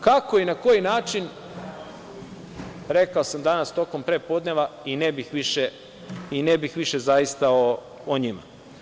Kako i na koji način, rekao sam danas tokom prepodneva i ne bih više, zaista, o njima.